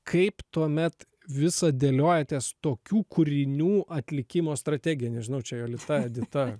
kaip tuomet visą dėliojatės tokių kūrinių atlikimo strategiją nežinau čia jolita edita